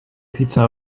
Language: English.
pizza